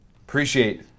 Appreciate